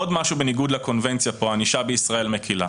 עוד משהו בניגוד לקונבנציה פה שהענישה בישראל מקלה.